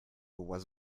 was